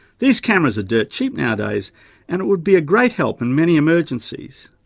these cameras are dirt cheap nowadays and it would be a great help in many emergencies.